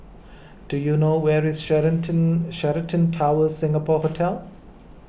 do you know where is Sheraton Sheraton Towers Singapore Hotel